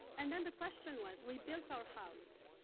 and then, the question was we built our house,